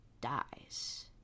dies